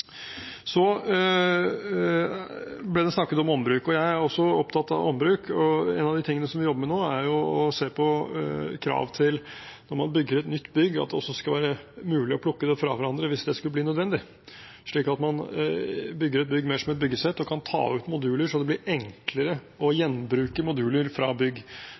Så ble det snakket om ombruk, og jeg er også opptatt av ombruk. En av de tingene vi jobber med nå, er å se på krav til nybygg – at når man bygger et nytt bygg, skal det også være mulig å plukke det fra hverandre hvis det skulle bli nødvendig, altså at man bygger et bygg mer som et byggesett og kan ta ut moduler, så det blir enklere å gjenbruke moduler fra bygg. Vi gjenbruker nå hulldekket fra det gamle regjeringskvartalet i andre bygg